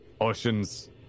oceans